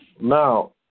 now